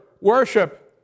worship